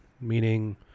meaning